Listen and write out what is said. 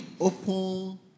open